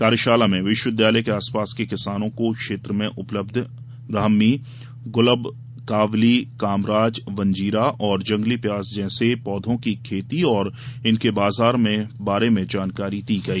कार्यशाला में विश्वविद्यालय के आसपास के किसानों को क्षेत्र में उपलब्ध ब्राह्मी गुलबकावली कामराज वनजीरा और जंगली प्याज जैसे पौधों की खेती और इनके बाजार के बारे में जानकारी दी गई